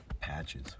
patches